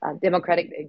democratic